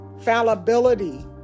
fallibility